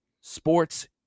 Sports